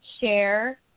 share